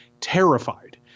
terrified